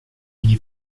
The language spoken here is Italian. gli